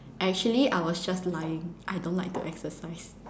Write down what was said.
actually I was just lying I don't like to exercise